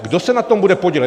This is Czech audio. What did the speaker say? Kdo se na tom bude podílet?